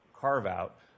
carve-out